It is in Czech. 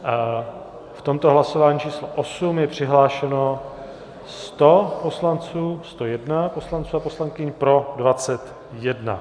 V tomto hlasování číslo 8 je přihlášeno 100 poslanců, 101 poslanců a poslankyň, pro 21.